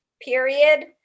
period